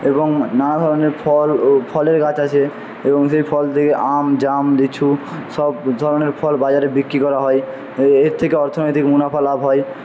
এবং নানা ধরনের ফল ও ফলের গাছ আছে এবং সেই ফল থেকে আম জাম লিচু সব ধরনের ফল বাজারে বিক্রি করা হয় এর থেকে অর্থনৈতিক মুনাফা লাভ হয়